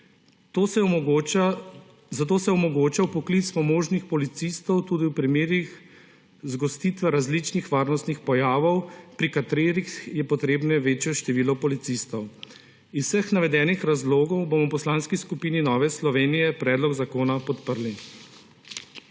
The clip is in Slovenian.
zato se omogoča vpoklic pomožnih policistov tudi v primerih zgostitve različnih varnostnih pojavov, pri katerih je potrebno večje število policistov. Iz vseh navedenih razlogov bomo v Poslanski skupini Nove Slovenije predlog zakona podprli.